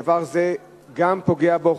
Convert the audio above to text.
דבר זה גם פוגע בו,